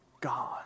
God